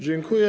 Dziękuję.